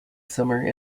summer